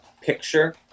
picture